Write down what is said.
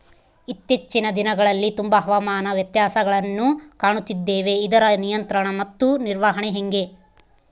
ಇತ್ತೇಚಿನ ದಿನಗಳಲ್ಲಿ ತುಂಬಾ ಹವಾಮಾನ ವ್ಯತ್ಯಾಸಗಳನ್ನು ಕಾಣುತ್ತಿದ್ದೇವೆ ಇದರ ನಿಯಂತ್ರಣ ಮತ್ತು ನಿರ್ವಹಣೆ ಹೆಂಗೆ?